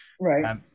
Right